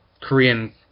korean